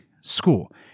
school